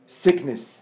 sickness